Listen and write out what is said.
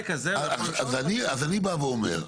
אז אני בא ואומר,